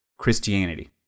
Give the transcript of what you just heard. Christianity